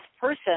person